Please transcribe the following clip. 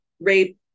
rape